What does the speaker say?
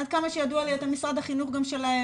עד כמה שידוע לי, אתם משרד החינוך גם שלהם.